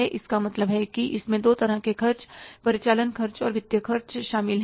तो इसका मतलब है कि इसमें दो तरह के खर्च परिचालन खर्च और वित्तीय खर्च शामिल हैं